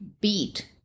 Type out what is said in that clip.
Beat